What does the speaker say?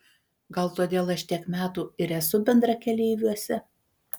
gal todėl aš tiek metų ir esu bendrakeleiviuose